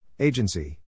Agency